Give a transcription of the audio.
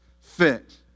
fit